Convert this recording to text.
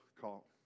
call